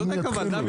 זאת הכוונה.